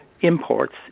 imports